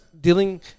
dealing